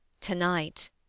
to-night